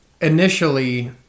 initially